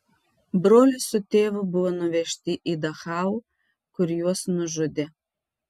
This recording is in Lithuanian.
brolis su tėvu buvo nuvežti į dachau kur juos nužudė